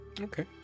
Okay